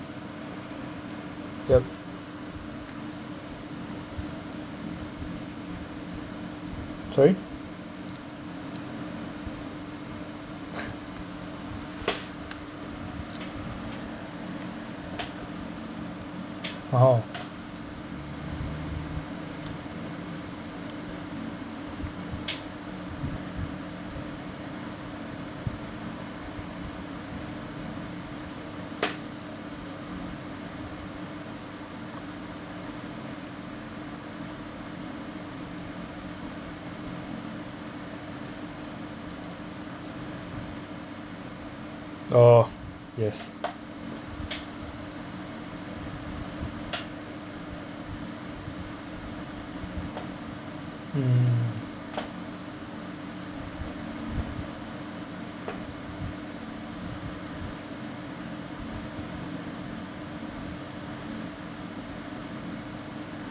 yup sorry (uh huh) oh yes mm